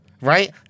Right